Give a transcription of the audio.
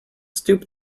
stooped